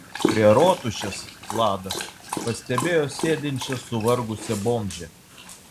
prie rotušės lada pastebėjo sėdinčią suvargusią bomžę